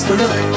look